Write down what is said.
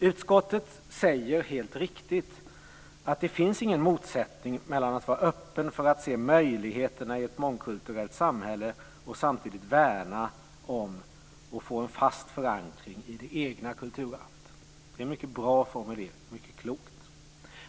Utskottet säger helt riktigt att det inte finns någon motsättning mellan att vara öppen för att se möjligheterna i ett mångkulturellt samhälle och att värna om och få en fast förankring i det egna kulturarvet. Det är en mycket bra och klok formulering.